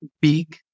big